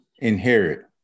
inherit